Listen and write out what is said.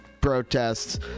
protests